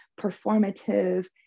performative